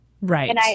right